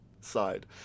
side